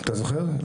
אתה זוכר?